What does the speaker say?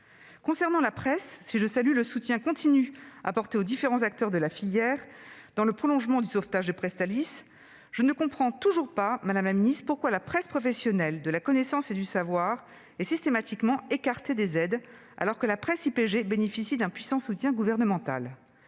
Concernant la presse, si je salue le soutien continu apporté aux différents acteurs de la filière, dans le prolongement du sauvetage de Presstalis, je ne comprends toujours pas pourquoi la presse professionnelle, celle de la connaissance et du savoir, est systématiquement écartée des aides, alors que la presse d'information politique et générale